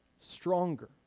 stronger